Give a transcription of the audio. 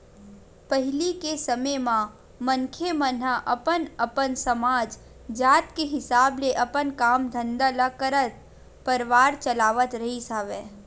पहिली के समे म मनखे मन ह अपन अपन समाज, जात के हिसाब ले अपन काम धंधा ल करत परवार चलावत रिहिस हवय